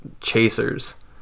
chasers